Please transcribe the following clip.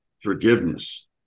forgiveness